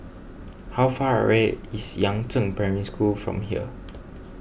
how far away is Yangzheng Primary School from here